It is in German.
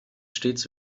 stets